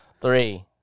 three